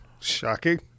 Shocking